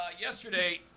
Yesterday